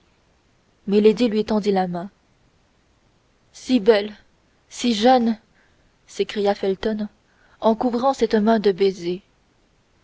milady lui tendit la main si belle si jeune s'écria felton en couvrant cette main de baisers